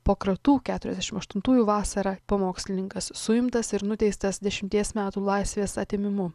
po kratų keturiasdešim aštuntųjų vasarą pamokslininkas suimtas ir nuteistas dešimties metų laisvės atėmimu